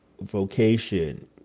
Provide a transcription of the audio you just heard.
vocation